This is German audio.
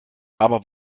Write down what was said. aber